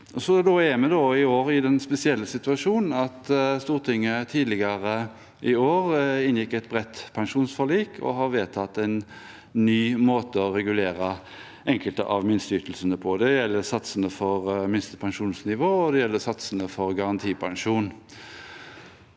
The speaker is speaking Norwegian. I år er vi i den spesielle situasjonen at Stortinget tidligere i år inngikk et bredt pensjonsforlik og har vedtatt en ny måte å regulere enkelte av minsteytelsene på. Det gjelder satsene for minste pensjonsnivå, og det